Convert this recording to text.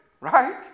right